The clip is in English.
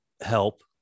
help